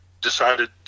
decided